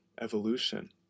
evolution